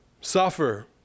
suffer